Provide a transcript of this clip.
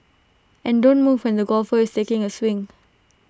and don't move when the golfer is taking A swing